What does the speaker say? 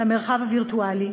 למרחב הווירטואלי